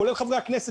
כולל חברי הכנסת,